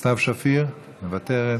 סתיו שפיר, מוותרת,